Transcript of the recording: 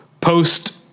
post